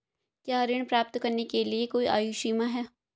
क्या ऋण प्राप्त करने के लिए कोई आयु सीमा है?